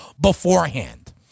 beforehand